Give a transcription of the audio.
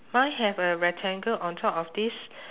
mine have a rectangle on top of this